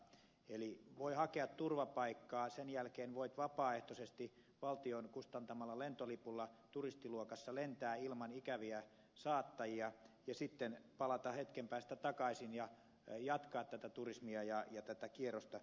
eli voi hakea turvapaikkaa sen jälkeen voi vapaaehtoisesti valtion kustantamalla lentolipulla turistiluokassa lentää ilman ikäviä saattajia ja sitten palata hetken päästä takaisin ja jatkaa tätä turismia ja tätä kierrosta